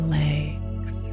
legs